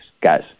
guys